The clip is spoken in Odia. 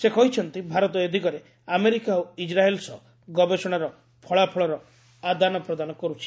ସେ କହିଛନ୍ତି ଭାରତ ଏ ଦିଗରେ ଆମେରିକା ଓ ଇସ୍ୱାଏଲ୍ ସହ ଗବେଷଣାର ଫଳାଫଳର ଆଦାନାପ୍ରଦାନ କର୍ ଛି